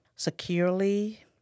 Securely